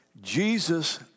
Jesus